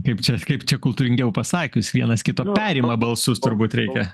kaip čia kaip čia kultūringiau pasakius vienas kito perima balsus turbūt reikia